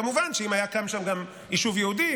כמובן שאם היה קם שם גם יישוב יהודי,